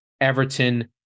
Everton